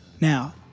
Now